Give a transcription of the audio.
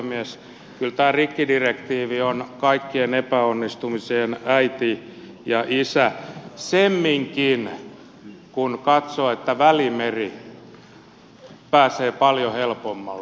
kyllä tämä rikkidirektiivi on kaikkien epäonnistumisien äiti ja isä semminkin kun katsoo että välimeri pääsee paljon helpommalla